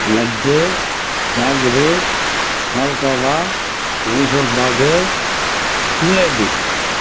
laddu jangiri palkova Mysore pak jalebi